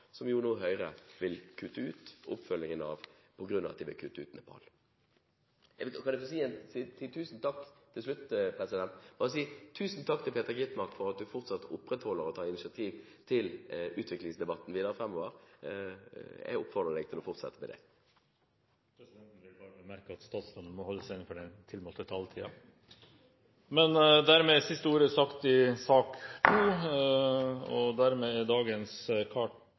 som Høyre nå vil kutte ut oppfølgingen av, fordi de vil kutte ut Nepal. Kan jeg til slutt få si tusen takk til Peter Skovholt Gitmark for at han fortsatt tar initiativ til utviklingsdebatter. Jeg oppfordrer ham til å fortsette med det. Presidenten vil bare bemerke at statsråden må holde seg innenfor den tilmålte taletiden. Dermed er siste ord sagt i sak nr. 2, og debatten er dermed slutt. Dermed er også dagens kart